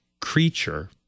creature